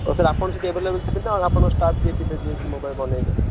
ତ ସାର୍ ଆପଣ ସେଇଟି ଏଭେଲେବେଲ୍ ଥିବେ ନା ଆପଣଙ୍କ ଷ୍ଟାଫ୍ କିଏ ଯିଏକି ମୋବାଇଲ୍ ବନାଇବେ